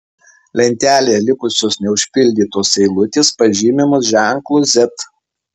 lentelėje likusios neužpildytos eilutės pažymimos ženklu z